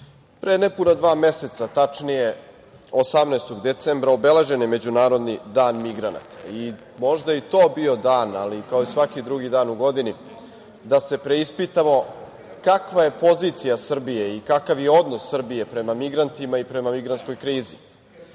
pre nepuna dva meseca, tačnije 18. decembra, obeležen je Međunarodni dan migranata. Možda je i to bio dan, ali i kao svaki drugi dan u godini, da se preispitamo kakva je pozicija Srbije i kakav je odnos Srbije prema migrantima i prema migrantskoj krizi. Kada